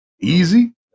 Easy